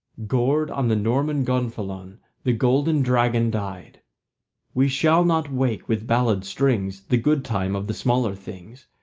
gored on the norman gonfalon the golden dragon died we shall not wake with ballad strings the good time of the smaller things,